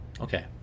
Okay